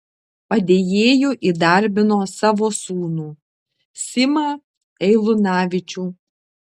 padėjėju įdarbino savo sūnų simą eilunavičių